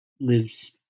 Lives